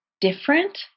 different